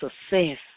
success